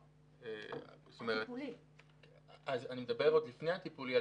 אני מדבר עוד לפני הטיפולי.